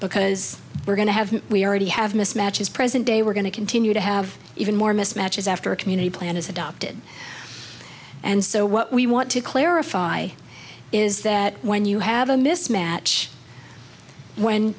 because we're going to have we already have mismatches present day we're going to continue to have even more mismatches after a community plan is adopted and so what we want to clarify is that when you have a mismatch when